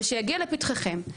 ושיגיע לפתחכם.